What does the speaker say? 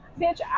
Bitch